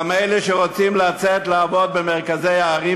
גם אלה שרוצים לצאת לעבוד במרכזי הערים